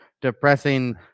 depressing